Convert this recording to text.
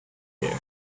bear